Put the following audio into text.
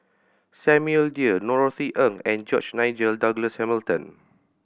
Samuel Dyer Norothy Ng and George Nigel Douglas Hamilton